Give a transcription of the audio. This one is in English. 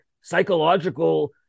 psychological